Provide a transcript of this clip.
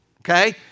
okay